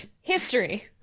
history